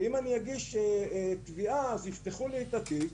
ואם אני אגיש תביעה, אז יפתחו לי את התיק,